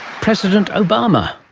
president obama.